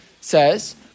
says